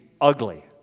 ugly